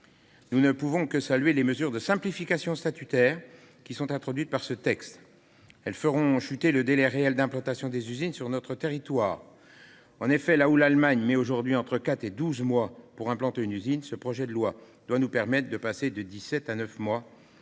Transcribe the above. Nous ne pouvons que saluer les mesures de simplification salutaires qui sont introduites par ce texte. Elles feront chuter le délai réel d'implantation des usines sur notre territoire. En effet, cependant que l'Allemagne met entre quatre et douze mois pour implanter une usine, ce projet de loi doit nous permettre de réduire ce délai de